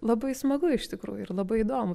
labai smagu iš tikrųjų ir labai įdomu